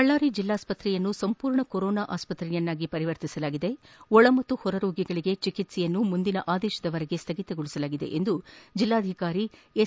ಬಳ್ಳಾರಿ ಜೆಲ್ಲಾ ಆಸ್ಪತ್ರೆಯನ್ನು ಸಂಪೂರ್ಣ ಕೊರೊನಾ ಆಸ್ಪತ್ರೆಯನ್ನಾಗಿ ಪರಿವರ್ತಿಸಲಾಗಿದ್ದು ಒಳ ಮತ್ತು ಹೊರ ರೋಗಿಗಳಿಗೆ ಚಿಕಿತ್ಸೆಯನ್ನು ಮುಂದಿನ ಆದೇಶದವರೆಗೆ ಸ್ಥಗಿತಗೊಳಿಸಲಾಗಿದೆ ಎಂದು ಜಿಲ್ಲಾಧಿಕಾರಿ ಎಸ್